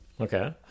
Okay